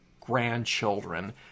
grandchildren